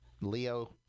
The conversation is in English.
Leo